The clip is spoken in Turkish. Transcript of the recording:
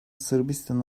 sırbistan